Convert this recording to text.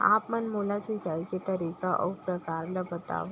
आप मन मोला सिंचाई के तरीका अऊ प्रकार ल बतावव?